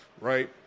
right